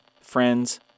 friends